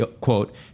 quote